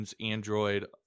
Android